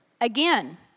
again